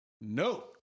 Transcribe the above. no